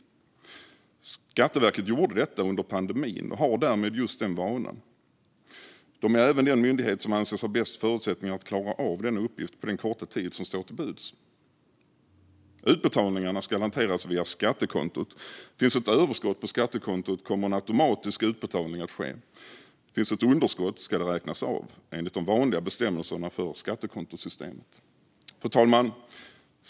Skatteverket gjorde detta under pandemin och har därmed just den vanan. Det är även den myndighet som anses ha bäst förutsättningar att klara av denna uppgift på den korta tid som står till buds. Utbetalningarna ska hanteras via skattekontot. Finns ett överskott på skattekontot kommer en automatisk utbetalning att ske. Finns ett underskott ska det räknas av enligt de vanliga bestämmelserna för skattekontosystemet. Fru talman!